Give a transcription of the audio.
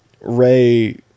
Ray